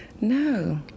No